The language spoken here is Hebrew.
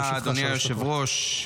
אדוני היושב-ראש,